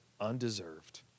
undeserved